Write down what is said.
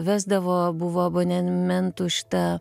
vesdavo buvo abonenmentų šita